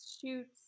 shoots